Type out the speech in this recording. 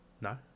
no